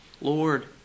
Lord